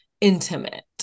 intimate